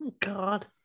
god